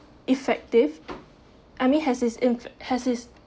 effective I mean has it's inf~ has it's